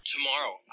Tomorrow